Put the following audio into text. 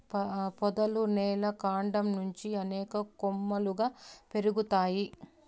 పొదలు నేల కాండం నుంచి అనేక కొమ్మలుగా పెరుగుతాయి